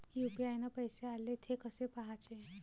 UPI न पैसे आले, थे कसे पाहाचे?